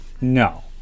No